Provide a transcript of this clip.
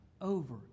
over